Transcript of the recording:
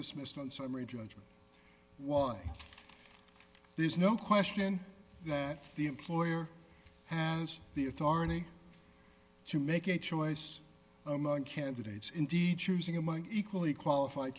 dismissed on summary judgment why there's no question that the employer has the authority to make a choice among candidates indeed choosing among equally qualified